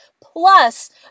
Plus